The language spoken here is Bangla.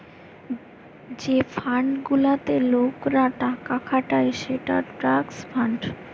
যে ফান্ড গুলাতে লোকরা টাকা খাটায় সেটা ট্রাস্ট ফান্ড